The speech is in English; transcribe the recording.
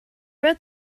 read